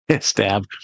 Stab